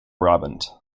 brabant